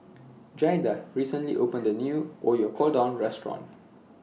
Jaida recently opened A New Oyakodon Restaurant